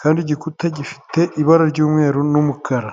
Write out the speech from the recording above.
kandi igikuta gifite ibara ry'umweru n'umukara.